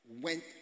went